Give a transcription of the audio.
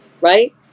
right